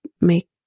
make